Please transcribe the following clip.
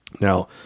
Now